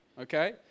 okay